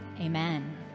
Amen